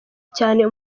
cyane